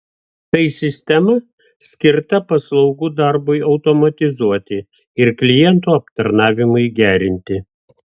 tai sistema skirta paslaugų darbui automatizuoti ir klientų aptarnavimui gerinti